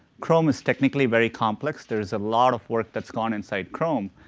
chrome is technically very complex, there's a lot of work that's gone inside chrome.